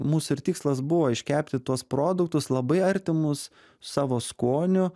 mūsų ir tikslas buvo iškepti tuos produktus labai artimus savo skoniu